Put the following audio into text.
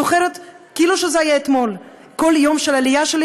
אני זוכרת כאילו זה היה אתמול כל יום של העלייה שלי